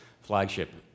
flagship